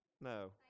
No